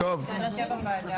סיעת יש עתיד,